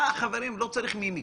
חברים, לא צריך מימיקה.